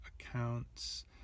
accounts